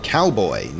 Cowboy